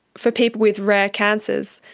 for people with rare cancers,